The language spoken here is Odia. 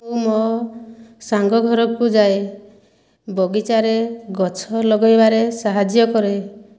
ମୁଁ ମୋ' ସାଙ୍ଗ ଘରକୁ ଯାଏ ବଗିଚାରେ ଗଛ ଲଗାଇବାରେ ସାହାଯ୍ୟ କରେ